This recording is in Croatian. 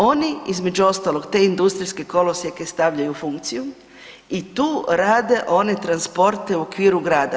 Oni između ostalog te industrijske kolosijeke stavljaju u funkciju i tu rade one transporte u okviru grada.